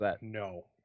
No